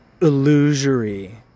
illusory